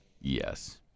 Yes